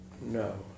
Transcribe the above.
no